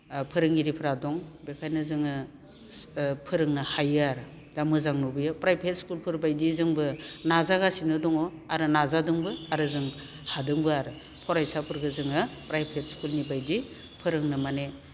फोरोंगिरिफ्रा दं बेखायनो जोङो फोरोंनो हायो आरो दा मोजां नुबोयो प्राइभेट स्कुलफोरबायदि जोंबो नाजागासिनो दङ आरो नाजादोंबो आरो जों हादोंबो आरो फरायसाफोरखो जोङो प्राइभेट स्कुलनि बायदि फोरोंनो माने